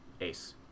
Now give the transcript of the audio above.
Ace